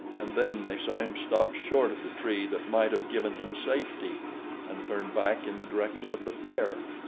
and then they saw him stop short of the tree that might have given him safety and turn back in the direction of the bear.